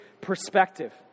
perspective